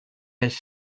his